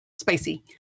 spicy